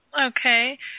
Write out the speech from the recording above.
Okay